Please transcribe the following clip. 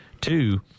Two